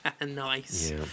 Nice